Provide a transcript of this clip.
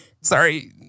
sorry